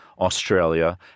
Australia